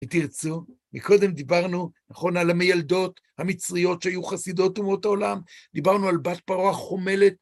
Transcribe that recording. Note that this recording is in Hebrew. ותרצו, מקודם דיברנו, נכון, על המילדות המצריות שהיו חסידות אומות העולם, דיברנו על בת פרעה החומלת.